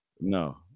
No